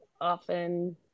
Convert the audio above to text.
often